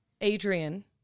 Adrian